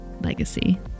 legacy